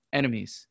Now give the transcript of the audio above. enemies